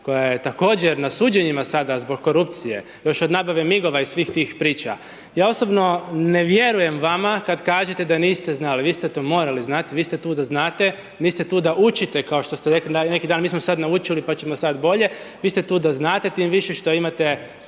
koja je također na suđenjima sada zbog korupcije, još od nabave MIG-ova i svih tih priča. Ja osobno ne vjerujem vama kad kažete da niste znali. Vi ste to morali znati. Vi ste tu da znate, niste tu da učite, kao što rekli neki dan, mi smo sad naučili pa ćemo sad bolje. Vi ste tu da znate, tim više što imate